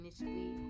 Initially